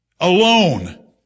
Alone